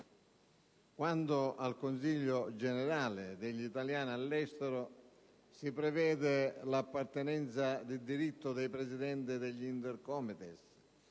riguarda il Consiglio generale degli italiani all'estero, si prevede l'appartenenza di diritto dei presidenti degli Intercomites,